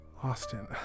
Austin